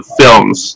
films